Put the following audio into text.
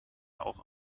auch